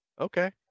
Okay